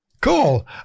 Cool